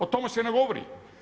O tome se ne govori.